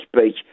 speech